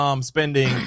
spending